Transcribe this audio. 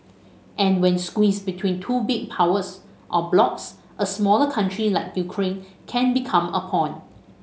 and when squeezed between two big powers or blocs a smaller country like Ukraine can become a pawn